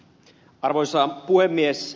arvoisa puhemies